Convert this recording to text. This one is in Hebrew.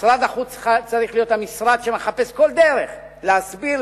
משרד החוץ צריך להיות המשרד שמחפש כל דרך להסביר,